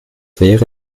wäre